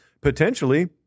potentially